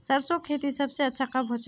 सरसों खेती सबसे अच्छा कब होचे?